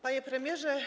Panie Premierze!